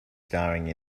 staring